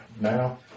now